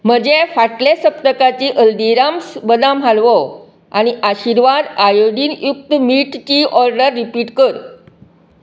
म्हजे फाटले सप्तकाची हल्दिराम्स बदाम हालवो आनी आशिर्वाद आयोडीन युक्त मीठ ची ऑर्डर रिपीट कर